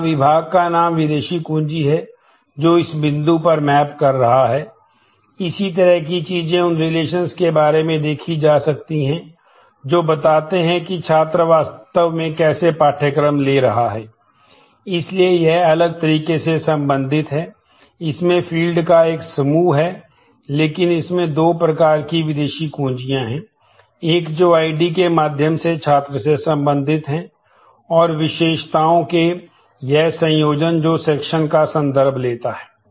यहां विभाग का नाम विदेशी कुंजी है जो इस बिंदु पर मैप कर रहा है इसी तरह की चीजें उन रिलेशंस का संदर्भ लेता है